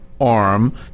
arm